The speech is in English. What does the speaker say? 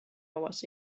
was